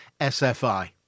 SFI